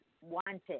wanted